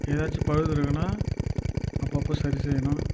ஏதாச்சு பழுது இருக்குன்னா அப்பப்போ சரிசெய்யணும்